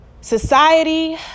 society